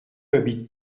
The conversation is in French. habites